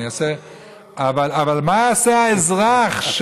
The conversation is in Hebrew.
אבל מה יעשה האזרח,